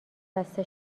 بسته